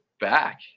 back